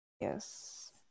Yes